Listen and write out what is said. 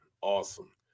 awesome